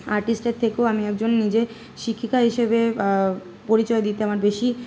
আর্টিস্টের থেকেও আমি একজন নিজে শিক্ষিকা হিসেবে পরিচয় দিতে আমার বেশি